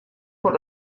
por